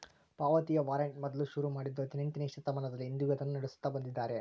ಪಾವತಿಯ ವಾರಂಟ್ ಮೊದಲು ಶುರು ಮಾಡಿದ್ದೂ ಹದಿನೆಂಟನೆಯ ಶತಮಾನದಲ್ಲಿ, ಇಂದಿಗೂ ಅದನ್ನು ನಡೆಸುತ್ತ ಬಂದಿದ್ದಾರೆ